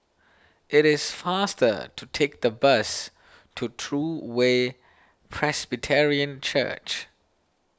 it is faster to take the bus to True Way Presbyterian Church